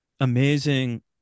amazing